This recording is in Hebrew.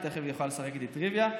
שתכף יוכל לשחק איתי טריוויה.